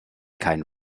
keinen